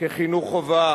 כחינוך חובה,